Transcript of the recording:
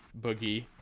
Boogie